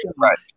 Right